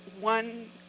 one